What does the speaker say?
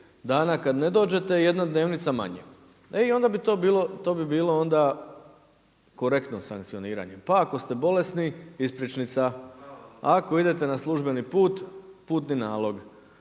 dana kad ne dođete jedna dnevnica manje. E i onda bi to bilo, to bi bilo onda korektno sankcioniranje. Pa ako ste bolesni ispričnica. Ako idete na službeni put putni nalog,